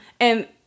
and-